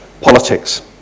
politics